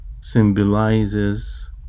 symbolizes